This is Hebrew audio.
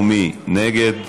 מי נגד?